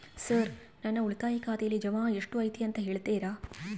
Sir ನನ್ನ ಉಳಿತಾಯ ಖಾತೆಯಲ್ಲಿ ಜಮಾ ಎಷ್ಟು ಐತಿ ಅಂತ ಹೇಳ್ತೇರಾ?